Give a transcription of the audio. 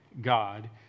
God